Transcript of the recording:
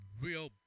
real